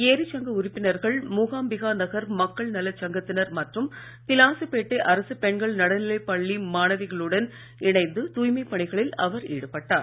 ஏரிச் சங்க உறுப்பினர்கள் மூகாம்பிகா நகர் மக்கள் நலச் சங்கத்தினர் மற்றும் திலாசுப்பேட்டை அரசுப் பெண்கள் நடுநிலைப் பள்ளி மாணவிகளுடன் இணைந்து தூய்மை பணிகளில் அவர் ஈடுபட்டார்